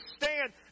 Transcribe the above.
stand